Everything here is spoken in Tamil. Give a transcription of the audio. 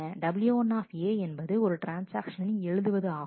W1 என்பது ஒரு ட்ரான்ஸ்ஆக்ஷனின் எழுதுவது ஆகும்